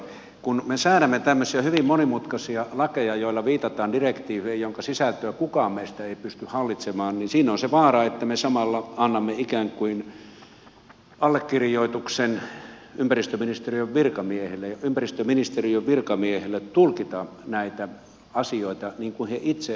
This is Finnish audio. kun me säädämme tämmöisiä hyvin monimutkaisia lakeja joilla viitataan direktiiveihin joiden sisältöä kukaan meistä ei pysty hallitsemaan niin siinä on se vaara että me samalla annamme ikään kuin allekirjoituksen ympäristöministeriön virkamiehille tulkita näitä asioita niin kuin he itse parhaaksi näkevät